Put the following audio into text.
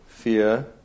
Fear